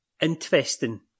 interesting